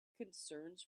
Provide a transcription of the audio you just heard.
concerns